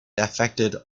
affected